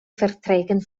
verträgen